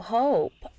hope